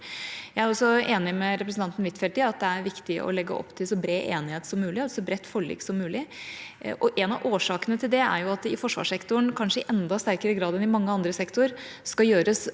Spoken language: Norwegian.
Jeg er også enig med representanten Huitfeldt i at det er viktig å legge opp til så bred enighet som mulig og så bredt forlik som mulig. En av årsakene til det er at det i forsvarssektoren, kanskje i enda sterkere grad enn i mange andre sektorer, skal gjøres